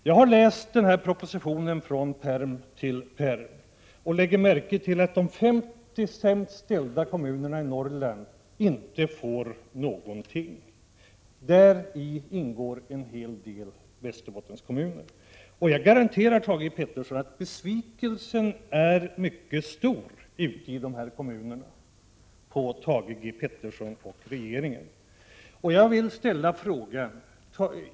Jag har läst denna proposition från pärm till pärm och lagt märke till att de 50 sämst ställda kommunerna i Norrland inte får någonting. Till dem hör en hel del Västerbottenskommuner. Jag garanterar att besvikelsen över Thage G Peterson och regeringen är mycket stor ute i dessa kommuner.